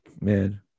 Man